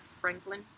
Franklin